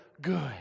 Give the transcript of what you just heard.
good